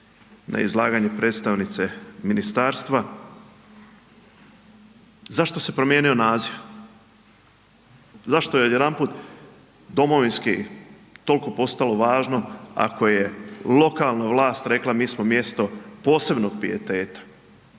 na izlaganje predstavnice ministarstva, zašto se promijeni naziv, zašto je odjedanput domovinsko toliko postalo važno ako je lokalna vlast rekla mi smo mjesto rekla posebnog pijeteta.